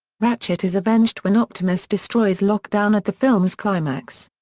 ratchet is avenged when optimus destroys lockdown at the film's climax.